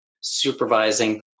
supervising